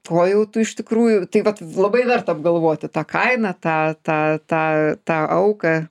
ko jau tu iš tikrųjų tai vat labai verta apgalvoti tą kainą tą tą tą tą auką